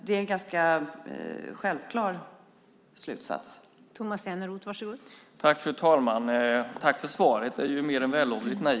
Det är en ganska självklar slutsats.